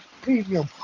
premium